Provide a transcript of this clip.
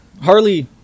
Harley